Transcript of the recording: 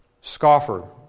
Scoffer